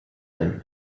him